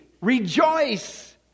rejoice